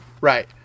right